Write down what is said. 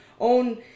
own